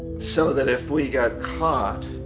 so that if we got caught,